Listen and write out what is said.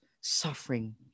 suffering